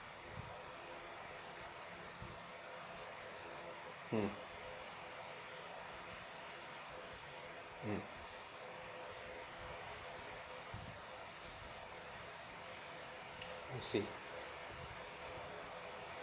mm I see